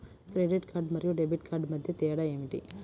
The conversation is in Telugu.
క్రెడిట్ కార్డ్ మరియు డెబిట్ కార్డ్ మధ్య తేడా ఏమిటి?